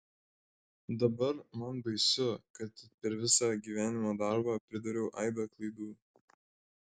dabar man baisu kad per visą gyvenimo darbą pridariau aibę klaidų